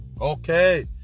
Okay